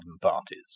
parties